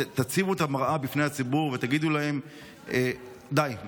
תציבו את המראה בפני הציבור ותגידו לו: די,